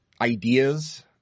ideas